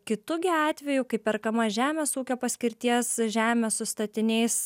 kitu gi atveju kai perkama žemės ūkio paskirties žemė su statiniais